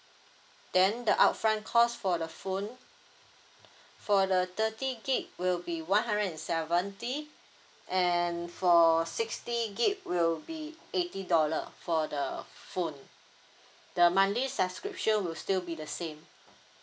then the upfront cost for the phone for the thirty gigabyte will be one hundred and seventy and for sixty gigabyte will be eighty dollar for the phone the monthly subscription will still be the same